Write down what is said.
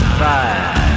five